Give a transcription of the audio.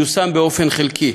יושם באופן חלקי,